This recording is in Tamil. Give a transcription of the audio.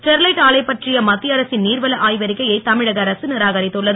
ஸ்டெரிலைட் ஆலை பற்றிய மத்திய அரசின் நீர்வள ஆய்வறிக்கையை தமிழக அரசு நிராகரித்துள்ளது